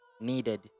needed